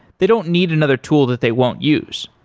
they don't need another tool that they won't use.